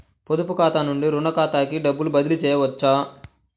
పొదుపు ఖాతా నుండీ, రుణ ఖాతాకి డబ్బు బదిలీ చేయవచ్చా?